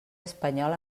espanyol